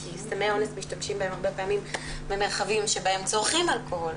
כי בסמי אונס משתמשים הרבה פעמים במרחבים שבהם צורכים אלכוהול,